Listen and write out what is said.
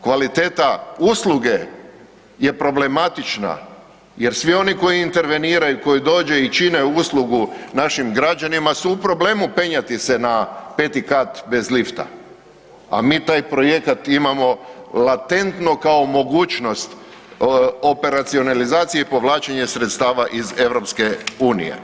Kvaliteta usluge je problematična jer svi oni koji interveniraju, koji dođu i čine uslugu našim građanima su u problemu penjati se na 5 kat bez lifta, a mi taj projekat imamo latentno kao mogućnost operacionalizacije i povlačenja sredstava iz EU.